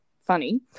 funny